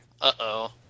uh-oh